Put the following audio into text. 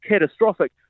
Catastrophic